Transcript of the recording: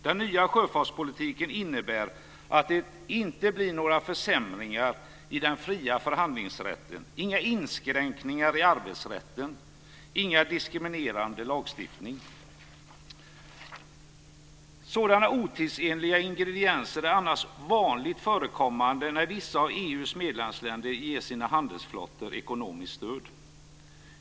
Den nya sjöfartspolitiken innebär att det inte blir några försämringar i den fria förhandlingsrätten, inga inskränkningar i arbetsrätten och ingen diskriminerande lagstiftning. Sådana otidsenliga ingredienser är annars vanligt förekommande när vissa av EU:s medlemsländer ger sina handelsflottor ekonomiskt stöd.